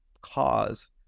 cause